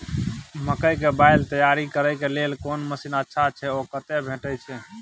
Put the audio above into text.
मकई के बाईल तैयारी करे के लेल कोन मसीन अच्छा छै ओ कतय भेटय छै